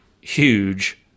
huge